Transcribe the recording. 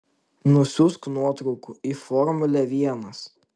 nusiųsk nuotraukų į formulę vienas